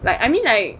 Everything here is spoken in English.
like I mean I